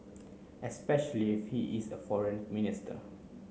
especially if he is a foreign minister